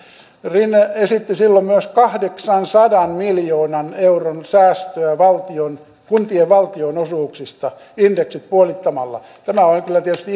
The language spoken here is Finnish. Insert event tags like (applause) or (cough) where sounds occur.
rinne esitti silloin myös kahdeksansadan miljoonan euron säästöä kuntien valtionosuuksista indeksit puolittamalla tämä oli kyllä tietysti (unintelligible)